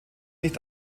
nicht